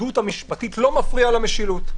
שהפקידות המשפטית לא מפריעה למשילות.